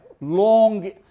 long